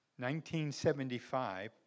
1975